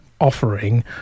offering